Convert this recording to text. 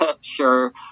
sure